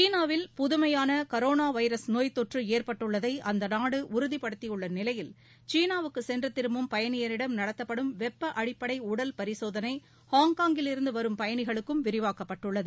சீனாவில் புதுமையான corona virus நோய்த் தொற்று ஏற்பட்டுள்ளதை அந்த நாடு உறுதிபடுத்தியுள்ள நிலையில் சீனாவுக்கு சென்று திரும்பும் பயணியரிடம் நடத்தப்படும் வெப்ப அடிப்படை உடல் பரிசோதனை ஹாங்காங்கிலிருந்து வரும் பயணிகளுக்கும் விரிவாக்கப்பட்டுள்ளது